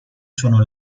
sono